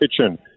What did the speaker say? kitchen